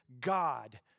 God